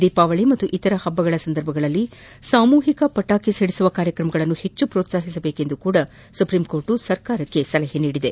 ದೀಪಾವಳಿ ಮತ್ತು ಇತರ ಹಬ್ಬಗಳ ಸಂದರ್ಭದಲ್ಲಿ ಸಾಮೂಹಿಕ ಪಟಾಕಿ ಸಿಡಿಸುವ ಕಾರ್ಯಕ್ರಮಗಳನ್ನು ಹೆಬ್ಬ ಹೆಚ್ಚು ಪೋತಾಹಿಸುವಂತೆಯೂ ಸುಪ್ರೀಂ ಕೋರ್ಟ್ ಸರ್ಕಾರಕ್ಷೆ ಸಲಹೆ ನೀಡಿದೆ